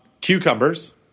Cucumbers